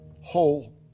whole